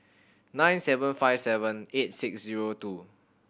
nine seven five seven eight six zero two